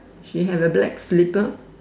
she have a black slipper